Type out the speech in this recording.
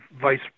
vice